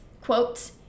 quote